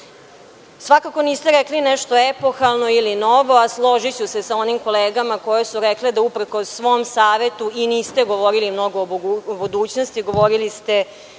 Svakako niste rekli nešto epohalno ili novo, a složiću se sa onim kolegama koje su rekle da uprkos svom savetu i niste govorili mnogo o budućnosti, govorili ste